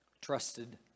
trusted